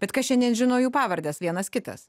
bet kas šiandien žino jų pavardes vienas kitas